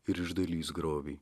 ir išdalys grobį